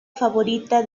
favorita